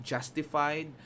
Justified